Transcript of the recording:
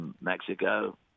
Mexico